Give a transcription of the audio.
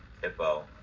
Hippo